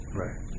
right